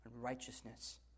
righteousness